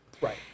right